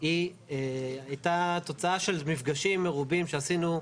היא הייתה תוצאה של מפגשים מרובים שעשינו,